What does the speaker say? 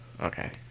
Okay